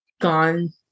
gone